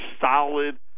solid